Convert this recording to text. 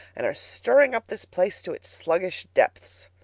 and are stirring up this place to its sluggish depths.